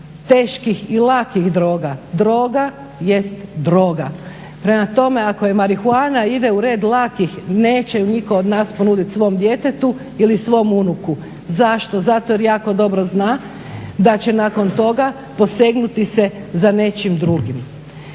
teških i lakih droga, droga jest droga. Prema tome ako marihuana ide u red lakih neće je nitko od nas ponuditi svom djetetu ili svom unuku. Zašto? Zato jer jako dobro zna da će nakon toga posegnuti se za nečim drugim.